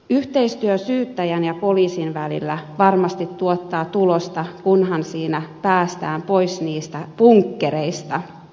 yhteistyö syyttäjän ja poliisin välillä varmasti tuottaa tulosta kunhan siinä päästään pois niistä bunkkereista